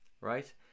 right